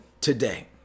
today